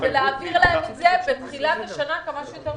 ולהעביר להם את זה בתחילת השנה, כמה שיותר מהר.